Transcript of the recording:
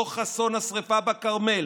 דוח אסון השרפה בכרמל,